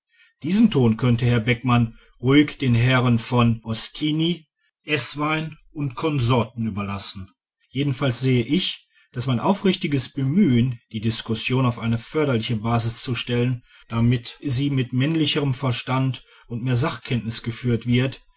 diesen ton könnte herr beckmann ruhig den herren von ostini eßwein und konsorten überlassen jedenfalls sehe ich daß mein aufrichtiges bemühen die diskussion auf eine förderliche basis zu stellen damit sie mit männlicherem verstand und mehr sachkenntnis geführt wird